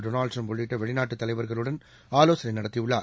Donald Trump உள்ளிட்ட வெளிநாட்டு தலைவர்களுடன் ஆலோசனை நடத்தியுள்ளார்